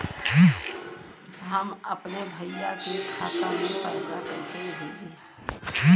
हम अपने भईया के खाता में पैसा कईसे भेजी?